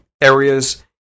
areas